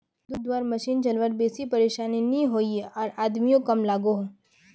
दूध धुआर मसिन चलवात बेसी परेशानी नि होइयेह आर आदमियों कम लागोहो